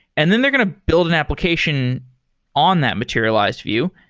and then they're going to build an application on that materialized view.